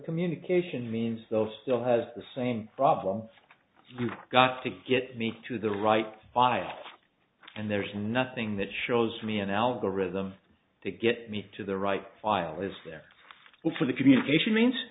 communication means those still has the same problem you got to get me to the right file and there's nothing that shows me an algorithm to get me to the right file is there but for the communication means